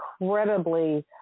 incredibly